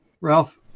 Ralph